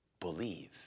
believe